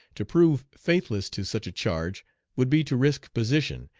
to prove faithless to such a charge would be to risk position,